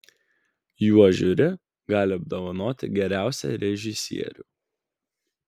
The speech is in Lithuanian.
juo žiuri gali apdovanoti geriausią režisierių